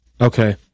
Okay